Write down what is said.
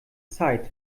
zeit